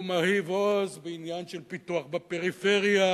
הוא מרהיב עוז בעניין של פיתוח בפריפריה.